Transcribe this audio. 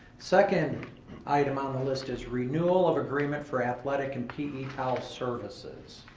second item on the list is renewal of agreement for athletic and pe towel services.